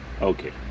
Okay